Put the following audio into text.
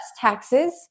taxes